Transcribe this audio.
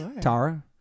Tara